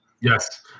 yes